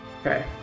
okay